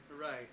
right